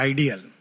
Ideal